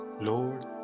Lord